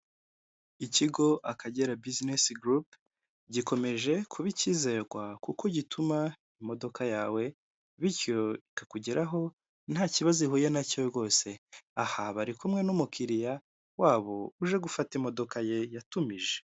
Ikigo Akagera bizinesi gurupe gikomeje kuba icyizerwa kuko gituma imodoka yawe bityo ikakugeraho ntakibazo ihuye nacyo rwose, aha bari kumwe n'umukiriya wabo uje gufata imodoka ye yatumije.